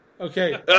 Okay